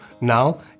now